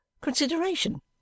consideration